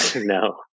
no